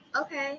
Okay